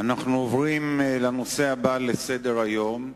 אנחנו עוברים לנושא הבא בסדר-היום: